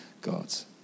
God's